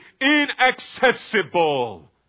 inaccessible